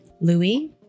Louis